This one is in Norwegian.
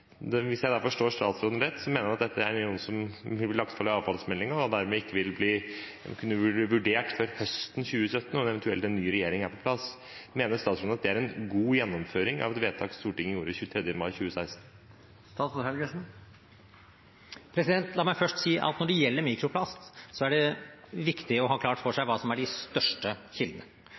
Hvis jeg da forstår statsråden rett, mener han dette er noe som vil bli lagt inn i avfallsmeldingen og derfor ikke vil kunne bli vurdert før høsten 2017 når eventuelt en ny regjering er på plass. Mener statsråden at det er en god gjennomføring av et vedtak Stortinget gjorde 23. mai 2016? La meg først si at når det gjelder mikroplast, er det viktig å ha klart for seg hva som er de største kildene.